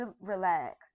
relax